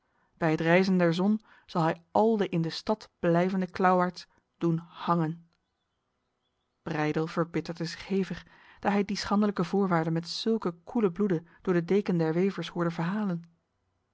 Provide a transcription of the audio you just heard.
bij het rijzen der zon zal hij al de in de stad blijvende klauwaards doen hangen breydel verbitterde zich hevig daar hij die schandelijke voorwaarde met zulke koelen bloede door de deken der wevers hoorde verhalen